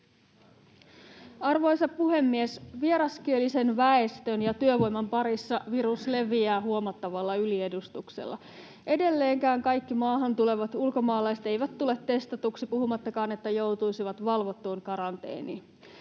Arvoisa puhemies! Vieraskielisen väestön ja työvoiman parissa virus leviää huomattavalla yliedustuksella. Edelleenkään kaikki maahan tulevat ulkomaalaiset eivät tule testatuksi, puhumattakaan että joutuisivat valvottuun karanteeniin.